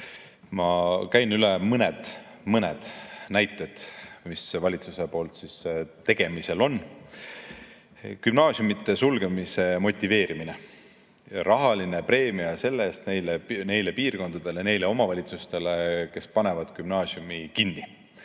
käin üle mõned näited, mis valitsusel tegemisel on. Gümnaasiumide sulgemise motiveerimine, rahaline preemia selle eest neile piirkondadele, omavalitsustele, kes panevad gümnaasiumi kinni.